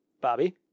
Bobby